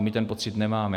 My ten pocit nemáme.